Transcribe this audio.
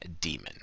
demon